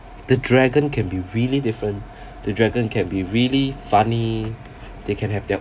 the dragon can be really different the dragon can be really funny they can have their